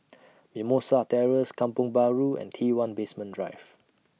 Mimosa Terrace Kampong Bahru and T one Basement Drive